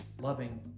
loving